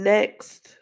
Next